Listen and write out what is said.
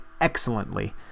excellently